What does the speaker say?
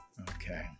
Okay